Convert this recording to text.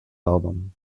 album